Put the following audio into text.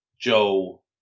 Joe